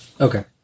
Okay